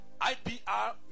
IPR